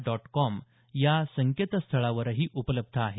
dot com या संकेतस्थळावरही उपलब्ध आहे